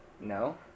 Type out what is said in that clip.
No